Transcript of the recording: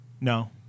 No